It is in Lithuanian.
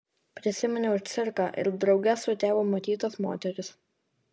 prisiminiau cirką ir drauge su tėvu matytas moteris